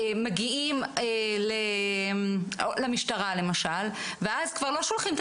מגיעים למשטרה למשל ואז כבר לא שולחים את